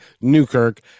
newkirk